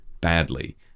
badly